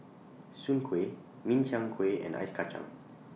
Soon Kway Min Chiang Kueh and Ice Kachang